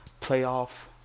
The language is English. playoff